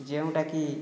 ଯେଉଁଟାକି